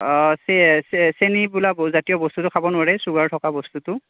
অঁ চেনি বোলা জাতীয় বস্তুটো খাব নোৱাৰে চুগাৰ থকা বস্তুটো